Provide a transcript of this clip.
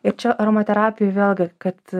ir čia aromaterapijoj vėlgi kad